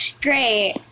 Great